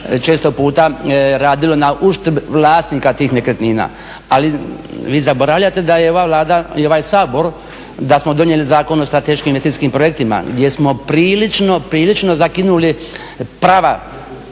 često puta radilo na … vlasnika tih nekretnina. Ali vi zaboravljate da je ova Vlada i ovaj Sabor, da smo donijeli Zakon o strateškim investicijskim projektima gdje smo prilično zakinuli prava